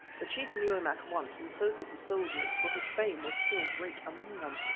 the chief knew him at once, and so did the soldiers, for his fame was still great among them.